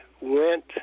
went